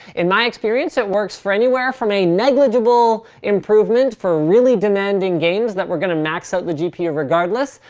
in my experience it works for anywhere from a negligible improvement for really demanding games, that were going to max out the gpu regardless,